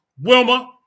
wilma